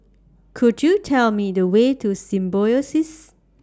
Could YOU Tell Me The Way to Symbiosis